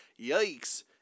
Yikes